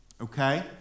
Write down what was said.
Okay